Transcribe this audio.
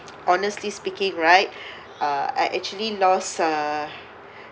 honestly speaking right uh I actually lost uh